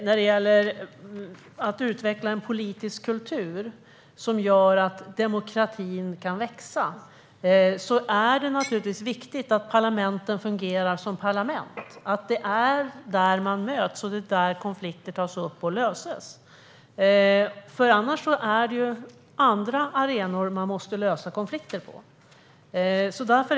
När det gäller att utveckla en politisk kultur som gör att demokratin kan växa är det naturligtvis viktigt att parlamenten fungerar som parlament, att det är där man möts och där konflikter tas upp och löses. Annars måste man lösa konflikter på andra arenor.